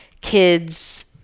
kids